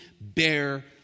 bear